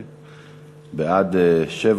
בעד, 7,